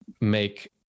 make